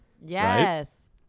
Yes